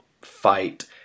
fight